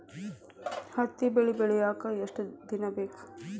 ಹತ್ತಿ ಬೆಳಿ ಬೆಳಿಯಾಕ್ ಎಷ್ಟ ದಿನ ಬೇಕ್?